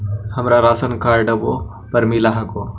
हमरा राशनकार्डवो पर मिल हको?